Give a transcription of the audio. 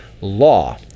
Law